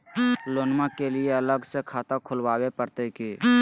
लोनमा के लिए अलग से खाता खुवाबे प्रतय की?